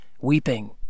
weeping